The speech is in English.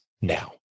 now